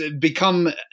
become